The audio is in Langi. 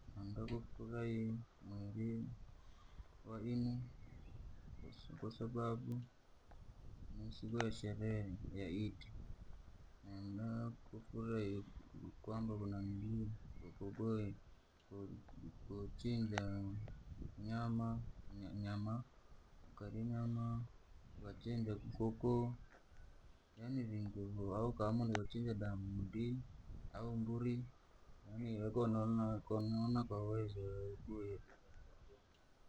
Nenda kufurahi noria, wainu, kwasababu ni siku ya sherehe ya idi, naenda kufurahi kwamba ku- ku- kuchinja nyama nya- nyama, ukari nyama, ukachinja nkuku, yani vingu vuu. Au ukaamua ukachinja da muundi au mburi, yani unakua unaona kanouna kauwezo we duedi.